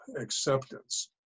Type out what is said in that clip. acceptance